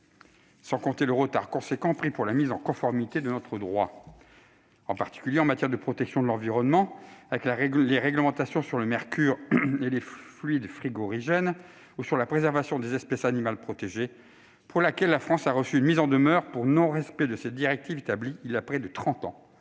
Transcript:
parle pas du retard important qui a été pris pour la mise en conformité de notre droit. C'est en particulier le cas en matière de protection de l'environnement, avec les réglementations sur le mercure et les fluides frigorigènes, ou sur la préservation des espèces animales protégées : la France a reçu une mise en demeure pour non-respect de cette directive adoptée voilà près de trente